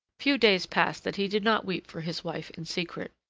few days passed that he did not weep for his wife in secret,